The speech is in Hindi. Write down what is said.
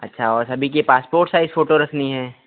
अच्छा और सभी के पासपोर्ट साइज फोटो रखनी है